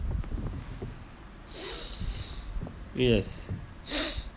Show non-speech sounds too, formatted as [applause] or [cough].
yes [noise]